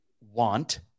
want